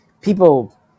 people